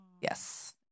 Yes